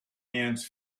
hands